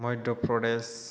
Madhya Pradesh